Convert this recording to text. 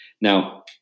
Now